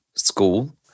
school